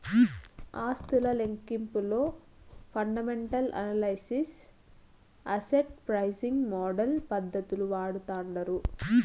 ఆస్తుల లెక్కింపులో fundamental analysis, asset pricing model పద్దతులు వాడతాండారు